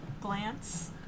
Glance